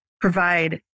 provide